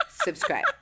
Subscribe